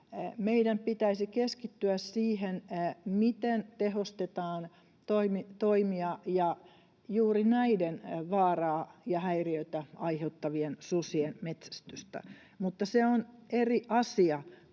Meidän pitäisi keskittyä siihen, miten tehostetaan toimia ja juuri näiden vaaraa ja häiriötä aiheuttavien susien metsästystä, mutta se on eri asia